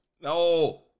no